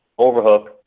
overhook